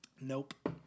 Nope